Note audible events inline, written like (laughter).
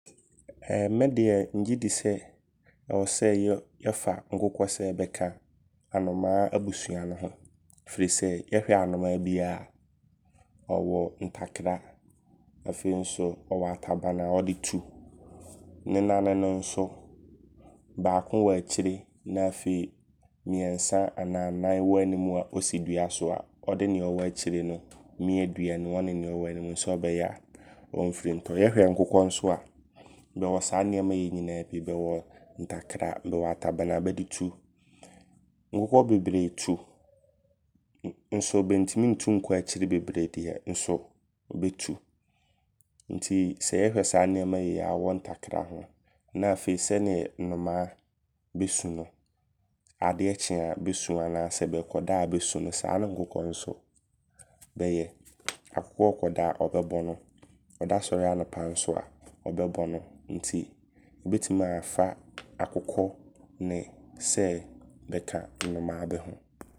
(hesitation) Me deɛ ngyedi sɛ, ɛwɔ sɛ yɛfa nkokɔ sɛ bɛka anomaa abusua no ho. Firi sɛ, yɛhwɛ anomaa biaa ɔwɔ ntakra. Afei nso ɔwɔ atabane a ɔde tu. Ne nane no nso baako wɔ akyire. Na afei mmeɛnsa anaa nnan wɔ animu. A osi dua so a, ɔde nea ɔwɔ akyire no mia dua no mu. Ɔne nea ɔwɔ animu no sɛɔbɛyɛ a ɔmfiri ntɔ. Yɛhwɛ nkokɔ nso a,bɛwɔ saa nnoɔma Yei nyinaa bi. Bɛwɔ ntakra, bɛwɔ atabane a bɛde tu. Nkokɔ bebree tu. Nso bɛntim ntu nkɔ akyire bebree deɛ. Nso bɛtu. Nti sɛ yɛhwɛ saa nneɛmayei a ɔwɔ ntakra ho. Na afei sɛneɛ nnomaa bɛsu no saa ne nkokɔ nso bɛyɛ. (noise) Akokɔ ɔɔkɔda a ɔbɛbɔno. Ɔda sɔre anɔpa nso a, ɔbɛbɔno. Nti wobɛtim afa (noise) akokɔ ne sɛ (noise) bɛka (noise) nnomaa bɛho.